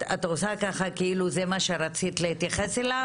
את עושה ככה כי זה מה שרצית להתייחס אליו?